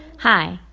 hi.